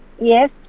yes